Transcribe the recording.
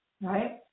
right